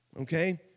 Okay